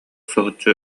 соһуччу